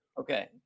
Okay